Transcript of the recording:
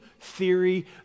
theory